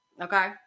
Okay